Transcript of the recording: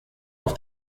auf